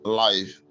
life